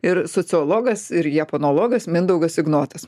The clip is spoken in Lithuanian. ir sociologas ir japonologas mindaugas ignotas